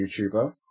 YouTuber